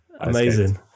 Amazing